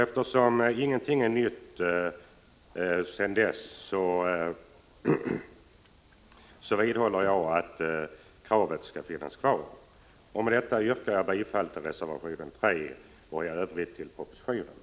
Eftersom ingenting nytt har inträffat sedan dess vidhåller jag att kravet skall finnas kvar. Med detta yrkar jag bifall till reservation 3 och i övrigt till utskottets hemställan.